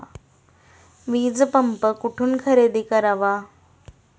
वीजपंप कुठून खरेदी करावा?